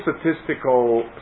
statistical